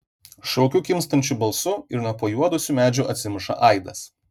šaukiu kimstančiu balsu ir nuo pajuodusių medžių atsimuša aidas